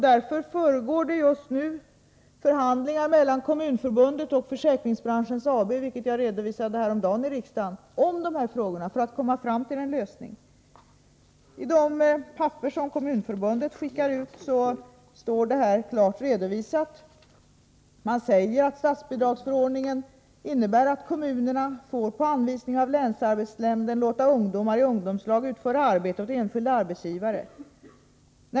Därför pågår just nu förhandlingar mellan Kommunförbundet och Försäkringsbranschens Service AB. Häromdagen redovisade jag detta här i riksdagen, som jag tidigare nämnt. I de papper som Kommunförbundet skickar ut ges en klar redovisning. Man säger att statsbidragsförordningen innebär att kommunerna får, på anvisning av länsarbetsnämnden, låta ungomar i ungdomslag utföra arbete åt enskild arbetsgivare.